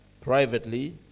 privately